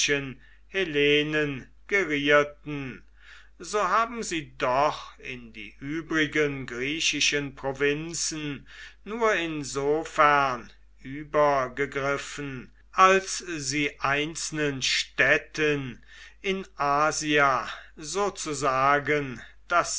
so haben sie doch in die übrigen griechischen provinzen nur insofern übergegriffen als sie einzelnen städten in asia sozusagen das